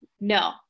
no